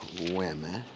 women.